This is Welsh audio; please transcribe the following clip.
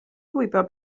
gwybod